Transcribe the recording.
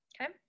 okay